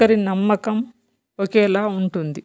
ఒకరి నమ్మకం ఒకేలా ఉంటుంది